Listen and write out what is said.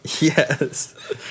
Yes